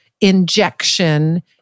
injection